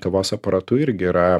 kavos aparatu irgi yra